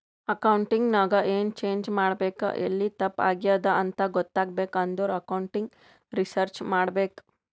accounting ನಾಗ್ ಎನ್ change ಮಾಡ್ಬೇಕ್ ಎಲ್ಲಿ ತಪ್ಪ ಆಗ್ಯಾದ್ ಅಂತ ಗೊತ್ತಾಗ್ಬೇಕ ಅಂದುರ್ ಅಕೌಂಟಿಂಗ್ ರಿಸರ್ಚ್ ಮಾಡ್ಬೇಕ್